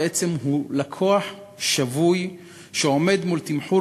ובעצם הוא לקוח שבוי שעומד מול תמחור